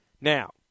Now